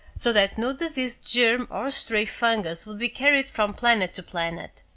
so that no disease germ or stray fungus would be carried from planet to planet.